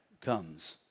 Comes